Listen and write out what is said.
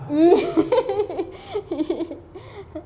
!ee!